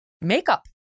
makeup